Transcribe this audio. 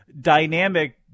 dynamic